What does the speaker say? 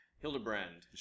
Hildebrand